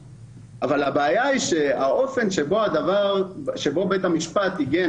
הבעיה היא שהאופן שבו בית המשפט עיגן